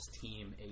team